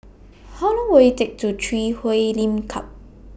How Long Will IT Take to Walk to Chui Huay Lim Club